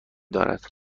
دارد